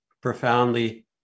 profoundly